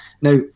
Now